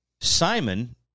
Simon